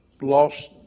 lost